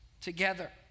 together